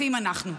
אחים אנחנו.